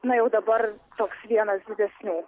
na jau dabar toks vienas didesnių